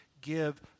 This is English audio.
give